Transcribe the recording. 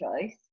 choice